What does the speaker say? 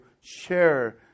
share